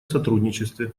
сотрудничестве